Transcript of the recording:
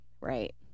Right